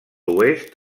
oest